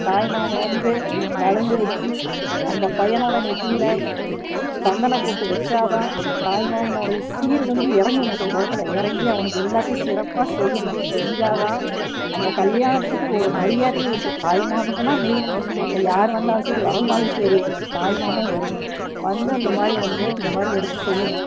தாய் மாமன் வந்து நலங்கு வச்சு அந்த பையனோடு நெற்றியில சந்தனம் பொட்டு வச்சு தான் தாய் மாமனோடு சீர் வந்து இறங்கணும் அந்த இடத்துல இறங்கி அவனுக்கு எல்லாத்தையும் சிறப்பாக செய்யணும் செஞ்சால் தான் அந்த கல்யாணத்துக்கு ஒரு மரியாதையும் தாய்மாமன் தான் மெயின் மற்ற யாரு வந்தாலும் சரி வரலைனாலும் சரி தாய்மாமன் வரணும் வந்து அந்த மாதிரி வந்து இந்த மாதிரி எடுத்து செய்யணும்